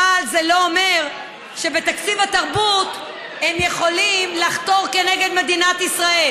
אבל זה לא אומר שבתקציב התרבות הם יכולים לחתור תחת מדינת ישראל,